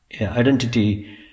identity